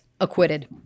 acquitted